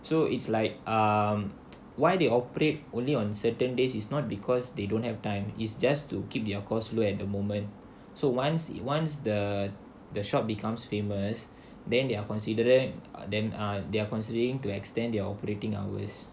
so it's like um why they operate only on certain days is not because they don't have time is just to keep their cost low at the moment so once he once the the shop becomes famous then they are considering then ah they are considering to extend their operating hours